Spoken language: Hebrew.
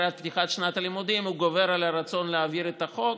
לקראת פתיחת שנת הלימודים גובר על הרצון להעביר את החוק.